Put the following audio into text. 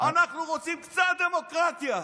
אנחנו רוצים קצת דמוקרטיה.